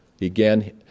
Again